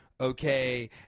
okay